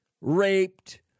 raped